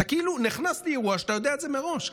אתה כאילו נכנס לאירוע כשאתה יודע את זה מראש.